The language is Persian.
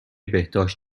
بهداشت